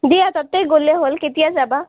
দিয়া তাতেই গ'লে হ'ল কেতিয়া যাবা